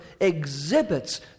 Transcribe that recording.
exhibits